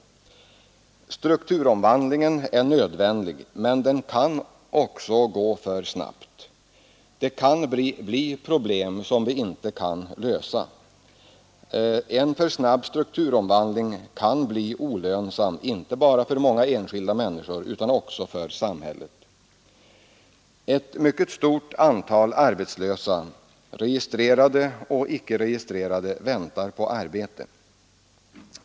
Strukturomvandlingen är nödvändig men den kan också gå för snabbt. Det kan skapa problem som samhället inte kan lösa. En för snabb strukturomvandling kan bli olönsam, inte bara för många enskilda människor utan också för samhället. Ett mycket stort antal arbetslösa, registrerade och icke-registrerade, väntar på arbete.